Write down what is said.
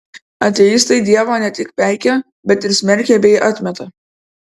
ateistai dievą ne tik peikia bet ir smerkia bei atmeta